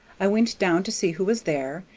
i went down to see who was there,